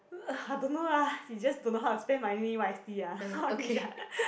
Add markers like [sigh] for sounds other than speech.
uh I don't know lah he just don't know how to spend money wisely lah not rich lah [laughs]